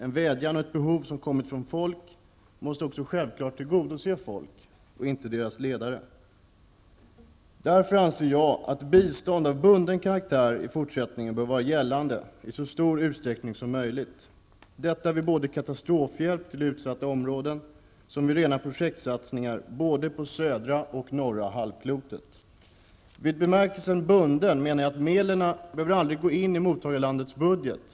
En vädjan och uttalanden om behov som har kommit från folk måste självklart resultera i att man tillgodoser folks önskemål, inte deras ledares. Därför anser jag att bistånd av bunden karaktär i fortsättningen bör vara gällande i så stor utsträckning som möjligt -- detta såväl vid katastrofhjälp till utsatta områden som vid rena projektsatsningar, både på södra och på norra halvklotet. Jag talar om ''bunden'' i den bemärkelsen att medlen aldrig skall behöva gå in i mottagarlandets budget.